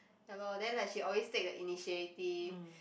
ya lor then like she always take the initiative